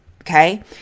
okay